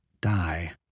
die